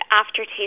aftertaste